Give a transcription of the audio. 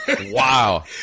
wow